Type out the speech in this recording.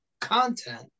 content